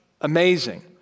amazing